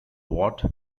wart